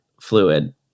fluid